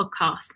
podcast